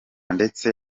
ndetse